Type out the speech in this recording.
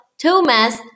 Thomas